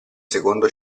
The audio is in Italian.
secondo